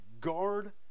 guard